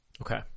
Okay